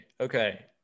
okay